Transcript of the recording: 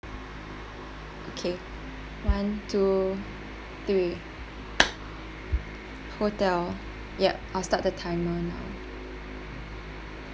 okay one two three hotel ya I started the timer now